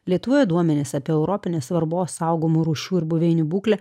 lietuvoje duomenys apie europinės svarbos saugomų rūšių ir buveinių būklę